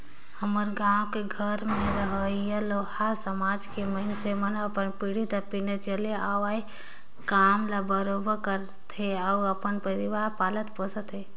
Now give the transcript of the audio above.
हमर गाँव घर में रहोइया लोहार समाज के मइनसे मन ह अपन पीढ़ी दर पीढ़ी चले आवक काम ल बरोबर करत हे अउ अपन परवार पालत पोसत हे